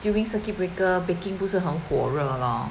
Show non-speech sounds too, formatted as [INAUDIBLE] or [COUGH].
[NOISE] during circuit breaker baking 不是很火热咯